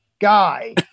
guy